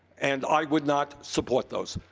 and i would not support those.